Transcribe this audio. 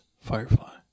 Firefly